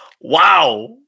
wow